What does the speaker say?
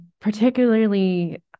particularly